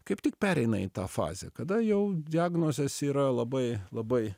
kaip tik pereina į tą fazę kada jau diagnozės yra labai labai